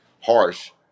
harsh